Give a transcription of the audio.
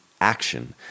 action